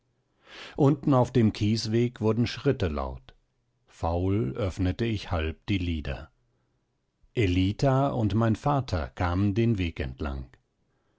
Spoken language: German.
unten auf dem kiesweg wurden schritte laut faul öffnete ich halb die lider ellita und mein vater kamen den weg entlang